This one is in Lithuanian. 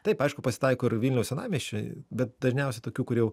taip aišku pasitaiko ir vilniaus senamiesčiui bet dažniausiai tokių kur jau